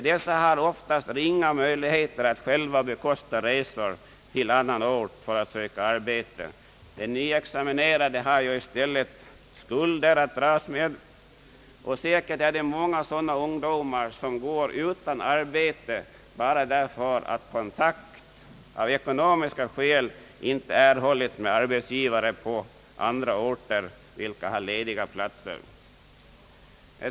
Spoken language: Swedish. De har oftast ringa möjligheter att själva bekosta resor till annan ort för att söka arbete. De nyutexaminerade har i stället skulder att dras med. Säkert är det många sådana ungdomar som går utan arbete bara därför att kontakt av ekonomiska skäl inte erhållits med arbetsgivare på andra orter där det finns lediga platser.